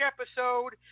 episode